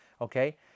okay